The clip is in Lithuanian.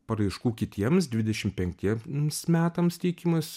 paraiškų kitiems dvidešim penktiems metams teikimas